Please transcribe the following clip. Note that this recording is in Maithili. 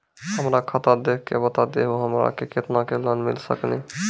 हमरा खाता देख के बता देहु हमरा के केतना के लोन मिल सकनी?